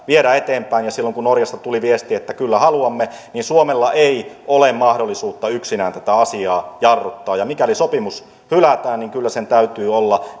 viedä eteenpäin ja norjasta tuli viesti että kyllä haluamme suomella ei ole mahdollisuutta yksinään tätä asiaa jarruttaa ja mikäli sopimus hylätään niin kyllä sen täytyy olla